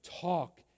talk